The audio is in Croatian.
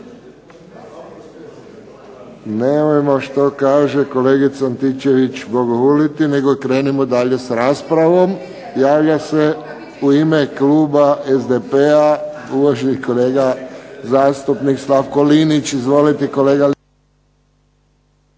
nemojmo što kaže kolegica Antičević bogohuliti nego krenimo dalje s raspravom. Javlja se u ime kluba SDP-a uvaženi kolega zastupnik Slavko Linić. Izvolite kolega Linić.